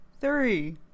Three